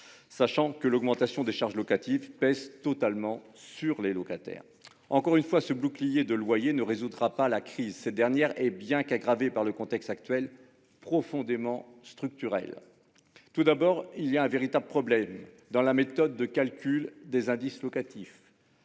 sachant que l'augmentation des charges locatives pèse totalement sur les locataires. Encore une fois, ce bouclier de loyer ne résoudra pas la crise, qui, bien qu'elle soit aggravée par le contexte actuel, est profondément structurelle. Il y a tout d'abord un véritable problème dans la méthode de calcul des indices locatifs.